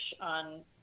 on